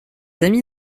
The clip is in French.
amis